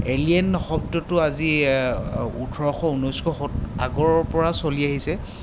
alien শব্দটো আজি ওঠৰশ ঊনৈছশ আগৰপৰা চলি আহিছে